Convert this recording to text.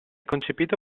concepito